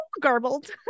garbled